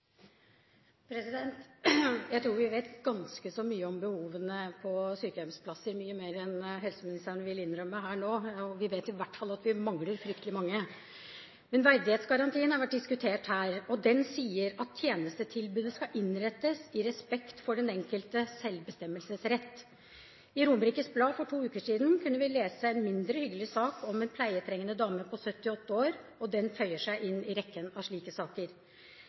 Jeg tror vi vet ganske mye om behovene for sykehjemsplasser – mye mer enn helseministeren vil innrømme her nå. Vi vet i hvert fall at vi mangler fryktelig mange. Verdighetsgarantien har vært diskutert her, og den sier: «Tjenestetilbudet skal innrettes i respekt for den enkeltes selvbestemmelsesrett.» I Romerikes Blad kunne vi for to uker siden lese en mindre hyggelig sak om en pleietrengende dame på 78 år, og den føyer seg inn i rekken av slike saker.